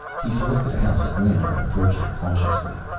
he selected a house at random and approached it cautiously.